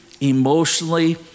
emotionally